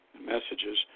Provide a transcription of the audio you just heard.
messages